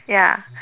ya